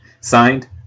Signed